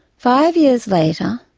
five years later,